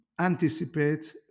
Anticipate